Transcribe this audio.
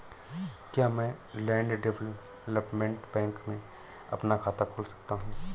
क्या मैं land development bank में अपना खाता खोल सकता हूँ?